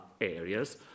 areas